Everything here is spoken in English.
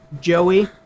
Joey